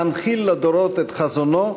להנחיל לדורות את חזונו,